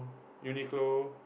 Uniqlo